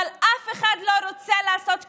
אבל אף אחד לא רוצה לעשות כלום.